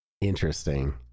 Interesting